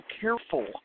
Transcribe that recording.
careful